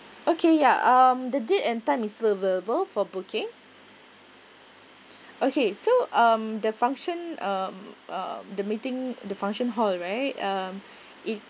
okay ya um the date and time is available for booking okay so um the function um um the meeting the function hall right um it